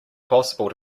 possible